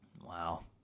Wow